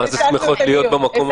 הן מה-זה שמחות להיות במקום הזה.